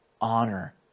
honor